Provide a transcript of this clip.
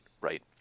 right